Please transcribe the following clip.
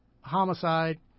homicide